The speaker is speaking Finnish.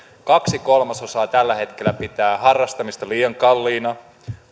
kaksi kolmasosaa tällä hetkellä pitää harrastamista liian kalliina